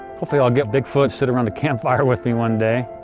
hopefully i'll get bigfoot sitting around the campfire with me one day.